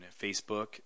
Facebook